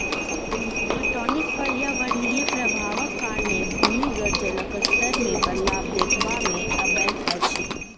पटौनीक पर्यावरणीय प्रभावक कारणें भूमिगत जलक स्तर मे बदलाव देखबा मे अबैत अछि